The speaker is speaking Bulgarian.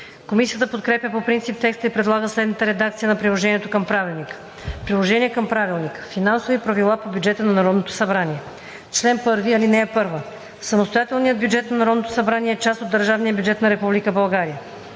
Комисията подкрепя по принцип текста и предлага следната редакция на приложението към правилника: „Приложение към правилника Финансови правила по бюджета на Народното събрание Чл. 1. (1) Самостоятелният бюджет на Народното събрание е част от държавния бюджет на Република България.